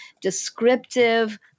descriptive